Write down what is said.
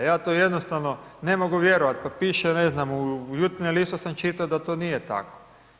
Ja to jednostavno ne mogu vjerovati, pa piše ne znam u Jutarnjem listu sam čitao da to nije tako.